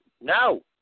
no